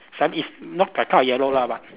slightly is not that kind of yellow lah but